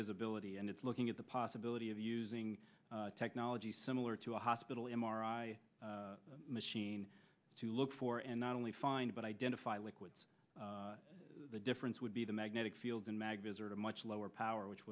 visibility and it's looking at the possibility of using technology similar to a hospital m r i machine to look for and not only find but identify liquids the difference would be the magnetic field and mag visit a much lower power which